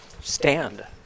stand